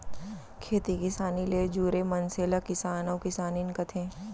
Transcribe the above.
खेती किसानी ले जुरे मनसे ल किसान अउ किसानिन कथें